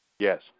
Yes